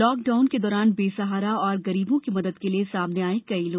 lockdown के दौरान बेसहारा और गरीबों की मदद के लिए सामने आये कई लोग